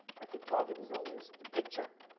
but the target is always the picture,